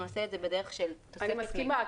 אני מסכימה,